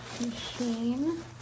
machine